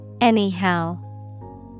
Anyhow